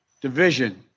division